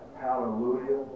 Hallelujah